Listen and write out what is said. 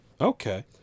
Okay